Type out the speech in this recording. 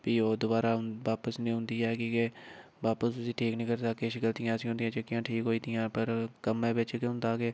फ्ही ओह् दबारा बापस नी औंदी ऐ कि के बापस उसी ठीक नी करी सकदे किश गलतियां ऐसियां होंदियां जेह्कियां ठीक होई जंदियां पर कम्मै बिच्चै केह् होंदा कि